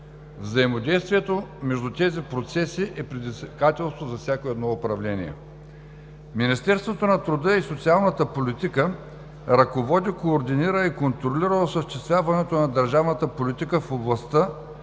Взаимодействието между тези процеси е предизвикателство за всяко едно управление. Министерството на труда и социалната политика ръководи, координира и контролира осъществяването на държавната политика в областта